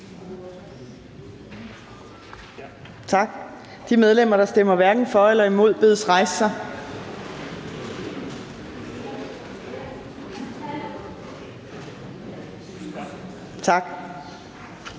Tak. De medlemmer, der hverken stemmer for eller imod, bedes rejse sig. Tak.